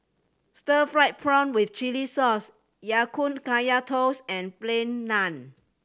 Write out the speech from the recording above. stir fried prawn with chili sauce Ya Kun Kaya Toast and Plain Naan